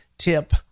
tip